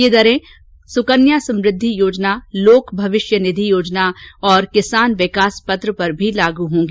ये दरें सुकन्या समृद्धि योजना लोक भविष्य निधि योजना और किसान विकास पत्र पर भी लागू होगी